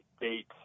date